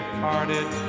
parted